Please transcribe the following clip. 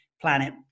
planet